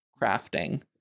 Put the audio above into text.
crafting